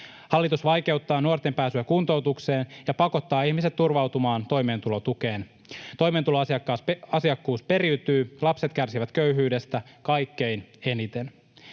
Hallitus vaikeuttaa nuorten pääsyä kuntoutukseen ja pakottaa ihmiset turvautumaan toimeentulotukeen. Toimeentulotukiasiakkuus periytyy. Lapset kärsivät köyhyydestä kaikkein eniten.